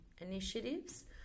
initiatives